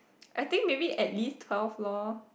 I think maybe at least twelve loh